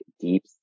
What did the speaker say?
deep